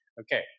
Okay